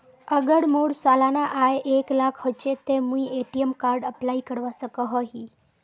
अगर मोर सालाना आय एक लाख होचे ते मुई ए.टी.एम कार्ड अप्लाई करवा सकोहो ही?